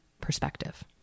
perspective